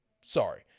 sorry